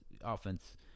offense